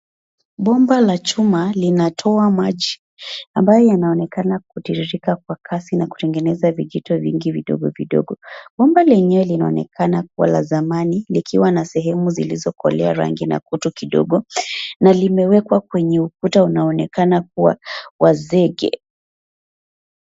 Bomba la chuma linatoa maji ambayo inaonekana kutiririka kwa kasi na kutengeneza vijito vingi vidogo vidogo. Bomba lenyewe linaonekana kuwa la zamani likiwa na sehemu zilizokolea rangi na kutu kidogo na limewekwa kwenye ukuta unaoonekana kuwa wa zege.